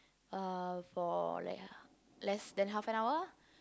uh for like yeah less than half an hour